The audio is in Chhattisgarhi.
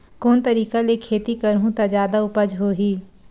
कोन तरीका ले खेती करहु त जादा उपज होही?